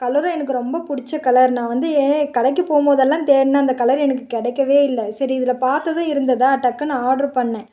கலரும் எனக்கு ரொம்ப பிடிச்ச கலர் நான் வந்து கடைக்கு போம்போதெல்லாம் தேடினேன் இந்த கலர் எனக்கு கிடைக்கவே இல்லை சரி இதில் பார்த்ததும் இருந்துதான் டக்குனு ஆர்ட்ரு பண்ணிணேன்